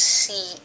see